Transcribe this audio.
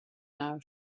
now